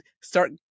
start